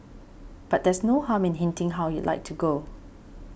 but there's no harm in hinting how you'd like to go